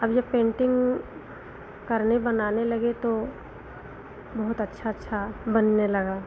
अब जब पेन्टिंग करने बनाने लगे तो बहुत अच्छा अच्छा बनने लगा